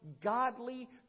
godly